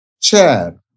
chair